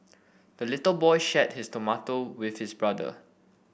the little boy shared his tomato with his brother